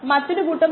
348 x കൂട്ടണം 1